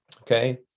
Okay